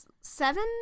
seven